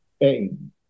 aim